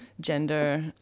gender